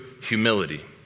humility